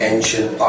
Ancient